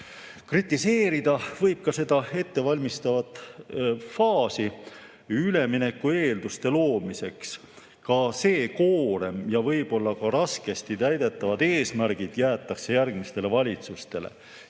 teha. Kritiseerida võib ka seda ettevalmistavat faasi ülemineku eelduste loomiseks. Ka see koorem ja võib-olla ka raskesti täidetavad eesmärgid jäetakse järgmistele valitsustele.